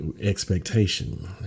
expectation